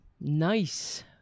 Nice